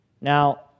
Now